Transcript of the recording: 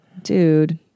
Dude